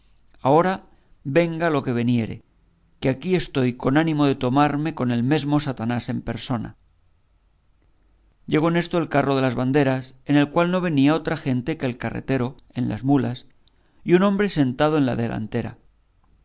ahora venga lo que veniere que aquí estoy con ánimo de tomarme con el mesmo satanás en persona llegó en esto el carro de las banderas en el cual no venía otra gente que el carretero en las mulas y un hombre sentado en la delantera